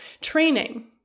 Training